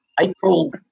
April